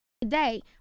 Today